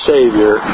Savior